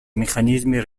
механизмы